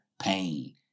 pain